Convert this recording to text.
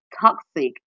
toxic